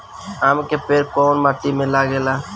आम के पेड़ कोउन माटी में लागे ला?